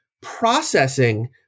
processing